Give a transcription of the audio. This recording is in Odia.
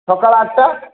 ସକାଳ ଆଠଟା